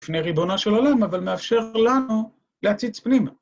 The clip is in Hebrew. ‫לפני ריבונה של עולם, ‫אבל מאפשר לנו להציץ פנימה.